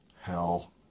Hell